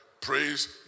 praise